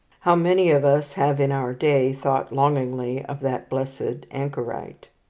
how many of us have in our day thought longingly of that blessed anchorite!